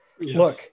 Look